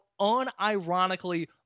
unironically